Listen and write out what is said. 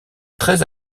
très